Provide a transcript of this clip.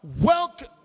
Welcome